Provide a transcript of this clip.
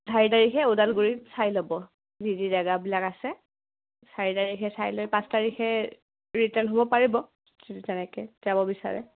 চাৰি তাৰিখে ওদালগুৰিত চাই ল'ব যি যি জেগাবিলাক আছে চাৰি তাৰিখে চাই লৈ পাঁচ তাৰিখে ৰিটাৰ্ণ হ'ব পাৰিব তেনেকৈ যাব বিচাৰে